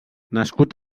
nascut